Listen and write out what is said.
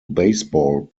baseball